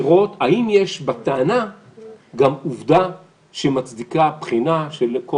לראות האם יש בטענה גם עובדה שמצדיקה בחינה של כל